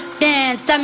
dance